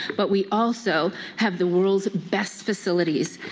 but we also have the world's best facilities.